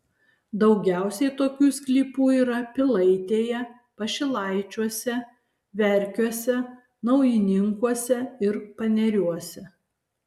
daugiausiai tokių sklypų yra pilaitėje pašilaičiuose verkiuose naujininkuose ir paneriuose